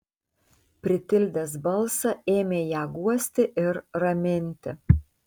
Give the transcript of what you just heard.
pritildęs balsą ėmė ją guosti ir raminti